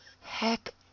Heck